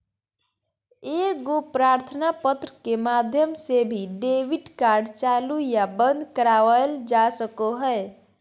एगो प्रार्थना पत्र के माध्यम से भी डेबिट कार्ड चालू या बंद करवावल जा सको हय